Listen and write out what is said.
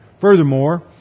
Furthermore